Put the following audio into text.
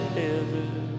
heaven